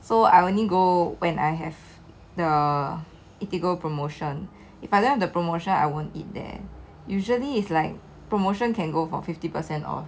so I only go when I have the promotion if I don't have the promotion I won't eat there usually is like promotion can go from fifty percent off